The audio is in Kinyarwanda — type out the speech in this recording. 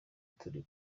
turi